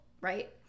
right